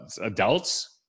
adults